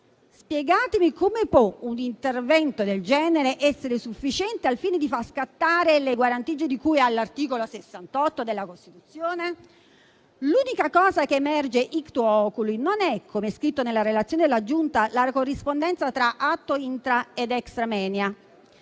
Spiegatemi come può un intervento del genere essere sufficiente al fine di far scattare le guarentigie di cui all'articolo 68 della Costituzione. L'unica cosa che emerge *ictu oculi* è - come scritto nella relazione della Giunta - non la corrispondenza tra atto *intra* ed *extramoenia*,